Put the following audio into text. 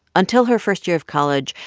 until her first year of college,